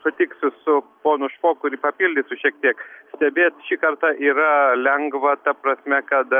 sutiksiu su ponu špoku ir jį papildysiu šiek tiek stebėt šį kartą yra lengva ta prasme kad